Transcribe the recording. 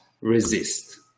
resist